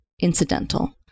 incidental